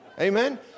Amen